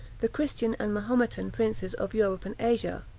the christian and mahometan princes of europe and asia.